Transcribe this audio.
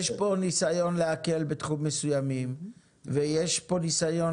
יש פה ניסיון להקל בתחומים מסוימים ויש פה ניסיון